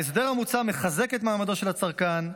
ההסדר המוצע מחזק את מעמדו של הצרכן,